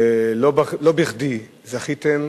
לא בכדי זכיתם